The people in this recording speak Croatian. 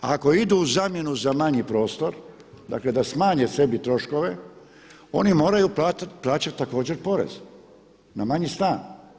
A ako idu u zamjenu za manji prostor, dakle da smanje sebi troškove oni moraju plaćati također porez na manji stan.